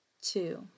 two